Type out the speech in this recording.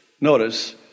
notice